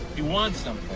he wants them